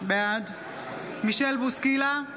בעד מישל בוסקילה,